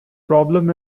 problem